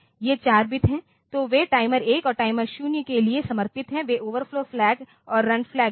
ये चार बिट हैं तो वे टाइमर 1 और टाइमर 0 के लिए समर्पित हैं वे ओवरफ्लो फ्लैग और रन फ्लैग हैं